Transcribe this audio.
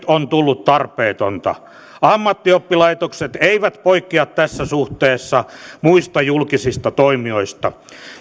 on tullut tarpeetonta ammattioppilaitokset eivät poikkea tässä suhteessa muista julkisista toimijoista